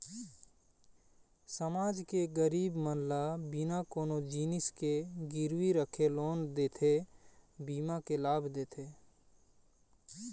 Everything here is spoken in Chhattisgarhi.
समाज के गरीब मन ल बिना कोनो जिनिस के गिरवी रखे लोन देथे, बीमा के लाभ देथे